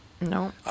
No